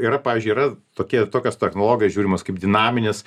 yra pavyzdžiui yra tokie tokios technologijos žiūrimos kaip dinaminis